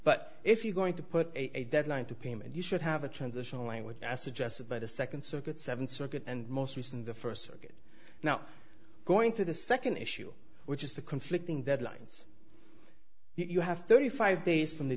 but if you're going to put a deadline to payment you should have a transitional language as suggested by the second circuit seventh circuit and most recent the first circuit now going to the second issue which is the conflicting deadlines you have twenty five days from the